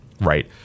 right